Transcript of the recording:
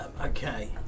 okay